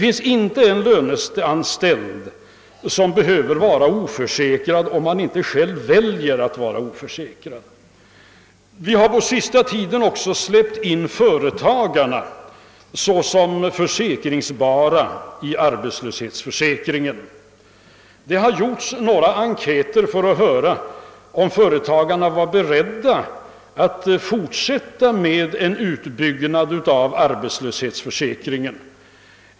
Ingen löneanställd behöver vara oförsäkrad, om han inte själv väljer det. På senaste tiden har vi också släppt in företagarna som försäkringsobjekt i arbetslöshetsförsäkringen. Man har även gjort några enkäter för att se om företagarna är beredda att fortsätta med en utbyggnad av arbetslöshetsförsäkringen.